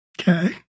Okay